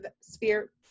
sphere